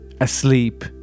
Asleep